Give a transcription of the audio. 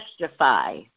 testify